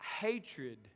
hatred